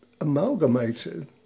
amalgamated